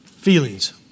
feelings